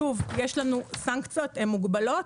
שוב, יש לנו סנקציות, הן מוגבלות,